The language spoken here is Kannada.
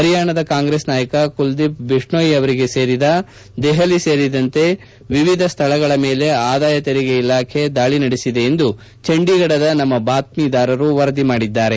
ಹರಿಯಾಣದ ಕಾಂಗ್ರೆಸ್ ನಾಯಕ ಕುಲ್ದೀಪ್ ಬಿಷ್ಣೋಯ್ ಅವರಿಗೆ ಸೇರಿದ ದೆಹಲಿ ಸೇರಿದಂತೆ ವಿವಿಧ ಸ್ಥಳಗಳ ಮೇಲೆ ಆದಾಯ ತೆರಿಗೆ ಇಲಾಖೆ ದಾಳಿ ನಡೆಸಿದೆ ಎಂದು ಚಂಡೀಗಢದ ನಮ್ಮ ಬಾತ್ಮೀದಾರರು ವರದಿ ಮಾಡಿದ್ದಾರೆ